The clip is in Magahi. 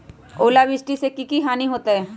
ओलावृष्टि से की की हानि होतै?